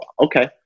Okay